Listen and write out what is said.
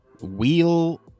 wheel